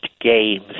games